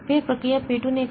फिर प्रक्रिया P 2 ने कहा